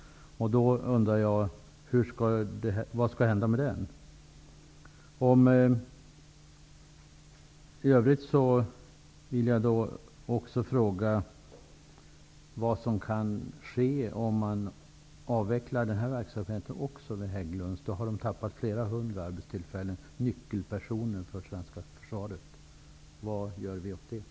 Då undrar jag: Vad skall hända med dem?